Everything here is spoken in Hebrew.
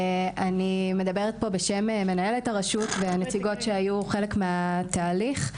אני מדברת פה בשם מנהלת הרשות והנציגות שהיו חלק מהתהליך.